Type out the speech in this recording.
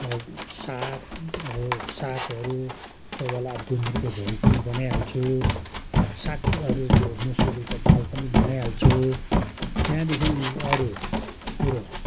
अब साग अब सागहरू कोही बेला अब गुन्द्रुकको झोल पनि बनाइहाल्छु साग अब त्यो मुसुरीको दाल पनि बनाइ हाल्छु त्यहाँदेखि अरू कुरो